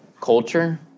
culture